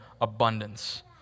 abundance